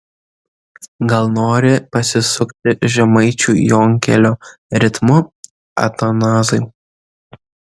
gal nori pasisukti žemaičių jonkelio ritmu atanazai